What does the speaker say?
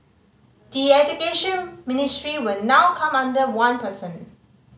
the Education Ministry will now come under one person